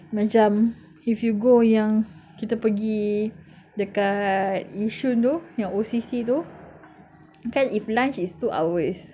macam if you go yang kita pergi dekat yishun tu yang O_C_C tu kan if lunch is two hours